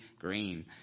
green